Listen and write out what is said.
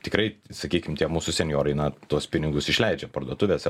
tikrai sakykim tie mūsų senjorai na tuos pinigus išleidžia parduotuvėse